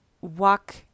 walk